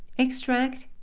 extract,